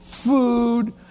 Food